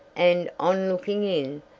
and, on looking in,